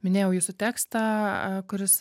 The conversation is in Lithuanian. minėjau jūsų tekstą a kuris